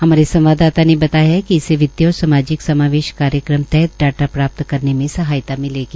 हमारे संवाददाता ने बताया कि इससे वित्तीय और सामाजिक समावेश कार्यक्रम तहत डाटा प्राप्त करने में सहायता मिलेगी